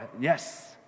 yes